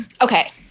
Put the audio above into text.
Okay